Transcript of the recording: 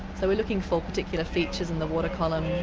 so we're looking for particular features in the water column.